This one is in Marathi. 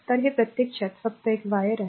तर हे प्रत्यक्षात फक्त एक वायर आहे